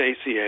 ACA